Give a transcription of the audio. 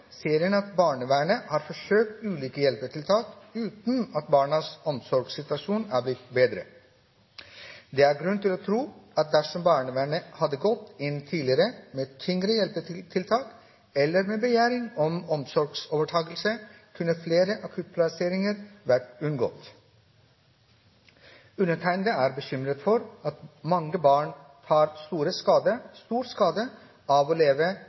ser frem til at alle partiene vil gå inn i en sånn diskusjon med en konstruktiv tilnærming. Når det gjelder en del av akuttvedtakene, er det grunn til å tro at dersom barnevernet hadde gått inn tidligere i enkelte tilfeller med tyngre hjelpetiltak eller med begjæring om omsorgsovertakelse, kunne kanskje flere akuttplasseringer ha vært unngått. Undertegnede er bekymret for at mange barn tar stor skade av